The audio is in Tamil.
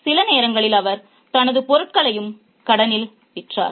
சில நேரங்களில் அவர் தனது பொருட்களையும் கடனில் விற்றார்